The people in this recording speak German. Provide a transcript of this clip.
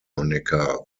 honecker